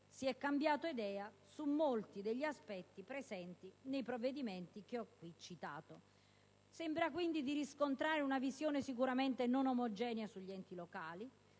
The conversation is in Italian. si è cambiata idea su molti degli aspetti presenti nei provvedimenti che ho qui citato. Sembra quindi di riscontare una visione sicuramente non omogenea sugli enti locali,